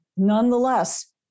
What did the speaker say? Nonetheless